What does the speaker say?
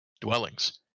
dwellings